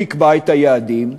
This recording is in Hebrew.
הוא יקבע את היעדים,